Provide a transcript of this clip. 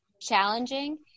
challenging